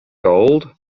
gold